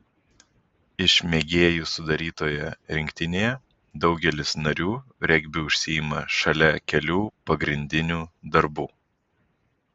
iš mėgėjų sudarytoje rinktinėje daugelis narių regbiu užsiima šalia kelių pagrindinių darbų